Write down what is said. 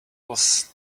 was